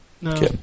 No